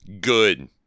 Good